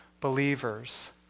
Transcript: believers